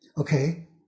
Okay